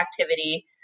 activity